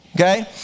okay